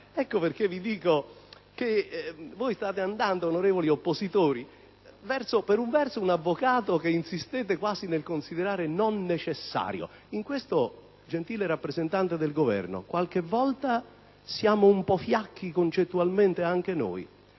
Per questo vi dico che voi state andando, onorevoli oppositori, verso un avvocato che insistete quasi nel considerare non necessario. In questo, gentile rappresentante del Governo, qualche volta siamo un po' fiacchi concettualmente anche noi.